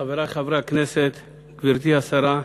חברי חברי הכנסת, גברתי השרה,